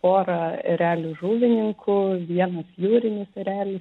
pora erelių žuvininkų vieną jūrinis erelis